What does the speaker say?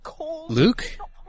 Luke